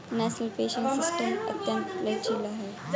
national pension system अत्यंत लचीला है